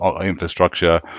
infrastructure